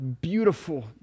beautiful